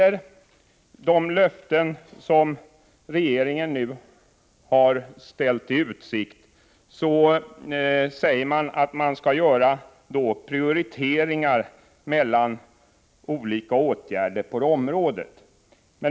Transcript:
Enligt de löften som regeringen nu har ställt i utsikt skall man göra prioriteringar mellan olika åtgärder på området.